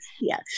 yes